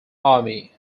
army